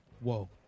Whoa